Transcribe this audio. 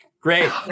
Great